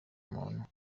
umuntu